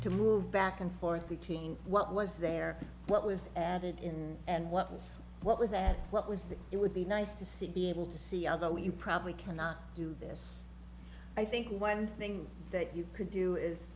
to move back and forth between what was there what was added in and what was what was that what was that it would be nice to see be able to see other way you probably cannot do this i think one thing that you could do is